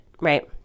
right